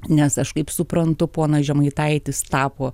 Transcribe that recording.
nes aš kaip suprantu ponas žemaitaitis tapo